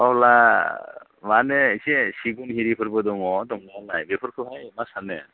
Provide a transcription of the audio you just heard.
अब्ला माने एसे सिगुन आरिफोरबो दङ दंनायालाय बेफोरखौलाय मा सानो